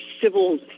civil